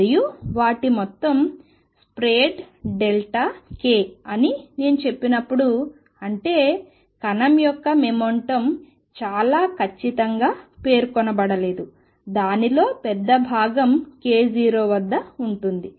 మరియు వాటి మొత్తం స్ప్రెడ్ k అని నేను చెప్పినప్పుడు అంటే కణం యొక్క మొమెంటం చాలా ఖచ్చితంగా పేర్కొనబడలేదు దానిలో పెద్ద భాగం k0 వద్ద ఉంటుంది